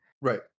right